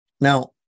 Now